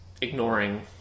ignoring